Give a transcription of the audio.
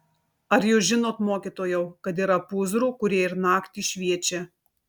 ar jūs žinot mokytojau kad yra pūzrų kurie ir naktį šviečia